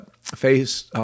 face